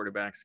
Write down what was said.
quarterbacks